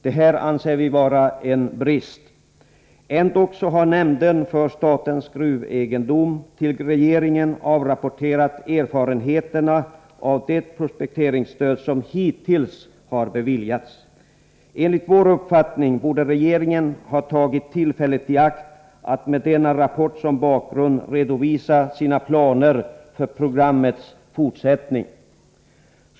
Detta anser vi vara en brist. Ändock har nämnden för statens gruvegendom till regeringen avrapporterat erfarenheterna av det prospekteringsstöd som hittills har beviljats. Enligt vår uppfattning borde regeringen ha tagit tillfället i akt att med denna rapport som bakgrund redovisa sina planer för programmets fortsättning.